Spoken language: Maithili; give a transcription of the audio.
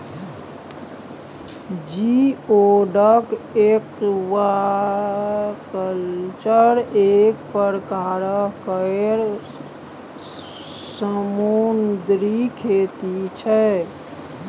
जिओडक एक्वाकल्चर एक परकार केर समुन्दरी खेती छै